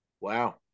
Wow